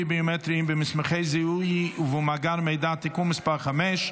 ביומטריים במסמכי זיהוי ובמאגר מידע (תיקון מס' 5),